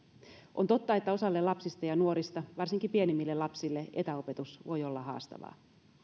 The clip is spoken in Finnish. on totta että osalle lapsista ja nuorista varsinkin pienemmille lapsille etäopetus voi olla haastavaa